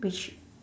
which